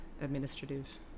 administrative